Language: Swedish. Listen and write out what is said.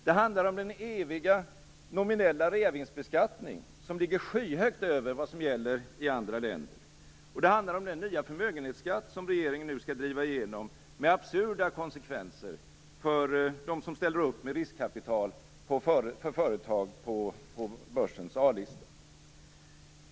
Det handlar om den eviga nominella reavinstbeskattningen, som ligger skyhögt över vad som är vanligt i andra länder. Och det handlar om den nya förmögenhetsskatt som regeringen nu skall driva igenom med absurda konsekvenser för dem som ställer upp med riskkapital för företag på börsens A-lista.